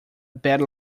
bad